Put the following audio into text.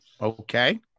Okay